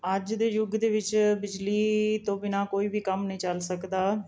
ਅੱਜ ਦੇ ਯੁੱਗ ਦੇ ਵਿੱਚ ਬਿਜਲੀ ਤੋਂ ਬਿਨਾਂ ਕੋਈ ਵੀ ਕੰਮ ਨਹੀਂ ਚੱਲ ਸਕਦਾ